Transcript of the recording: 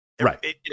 right